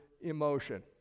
emotion